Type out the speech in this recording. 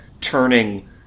turning